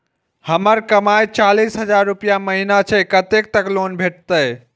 हमर कमाय चालीस हजार रूपया महिना छै कतैक तक लोन भेटते?